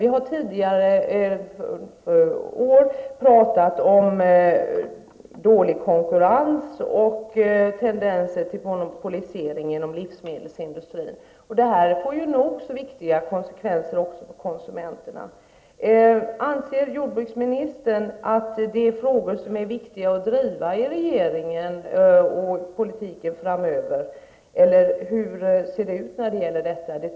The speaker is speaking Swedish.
Vi har under tidigare år pratat om dålig konkurrens och tendenser till monopolisering inom livsmedelsindustrin, och detta har nog så viktiga konsekvenser för konsumenterna. Anser jordbruksministern att det är frågor som är viktiga att driva i regeringen framöver, eller hur ser det ut i detta fall?